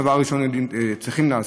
דבר ראשון צריכים לעשות?